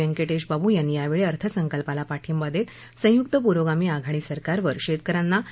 वेंकटेश बाबू यांनी यावेळी अर्थसंकल्पाला पाठिंबा देत संयुक्त पुरोगामी आघाडी सरकारवर शेतक यांना एम